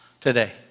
today